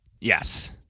Yes